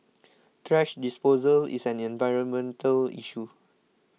thrash disposal is an environmental issue